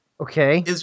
Okay